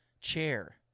chair